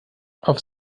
auf